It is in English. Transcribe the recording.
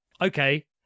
okay